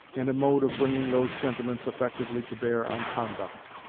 and a mode of bringing those sentiments effectively to bear on conduct.